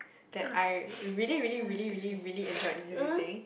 that I really really really really really enjoyed visiting